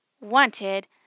wanted